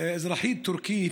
אזרחית טורקית